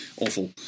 awful